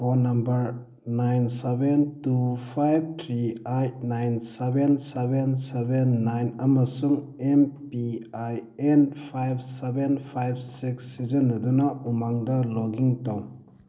phone number nine seven two five three eight nine seven seven seven nine ꯑꯃꯁꯨꯡ M P I N five seven five six ꯁꯤꯖꯤꯟꯅꯗꯨꯅ ꯎꯃꯪꯗ log in ꯇꯧ